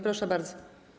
Proszę bardzo.